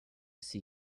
see